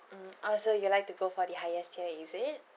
mm oh so you'd like to go for the highest tier is it